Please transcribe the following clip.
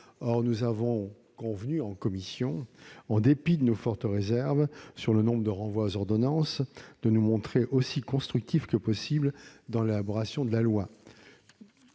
Or nous sommes convenus, en commission et en dépit de nos fortes réserves sur le nombre de renvois aux ordonnances, de nous montrer aussi constructifs que possible dans l'élaboration de la loi.